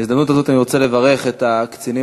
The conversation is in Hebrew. בהזדמנות הזאת אני רוצה לברך את הקצינים